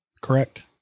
Correct